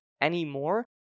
anymore